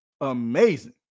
amazing